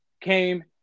came